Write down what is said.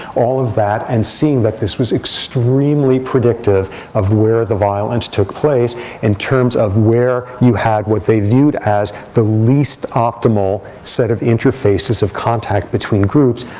all of that, and seeing that this was extremely predictive of where the violence took place in terms of where you had what they viewed as the least optimal set of interfaces of contact between groups.